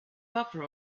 buffer